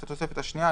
את התוספת השנייה,